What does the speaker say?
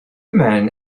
men